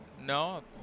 No